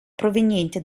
proveniente